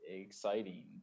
exciting